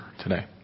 today